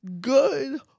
good